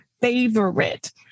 favorite